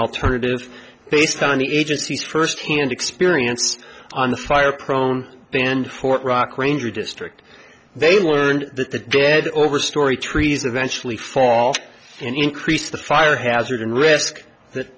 alternative based on the agency's first hand experience on the fire prone and fourth rock ranger district they learned that the dead over story trees eventually fall to increase the fire hazard and risk that